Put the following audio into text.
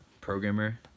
programmer